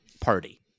Party